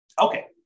Okay